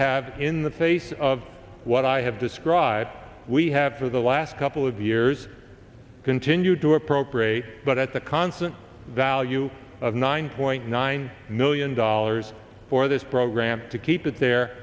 have in the face of what i have described we have for the last couple of years continued to appropriate but at the constant value of nine point nine million dollars for this program to keep it there